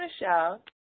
michelle